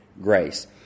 grace